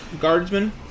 guardsmen